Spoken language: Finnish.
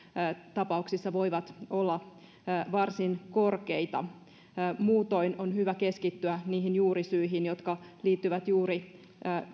tapauksissa voivat olla varsin korkeita muutoin on hyvä keskittyä niihin juurisyihin jotka liittyvät juuri